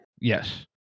Yes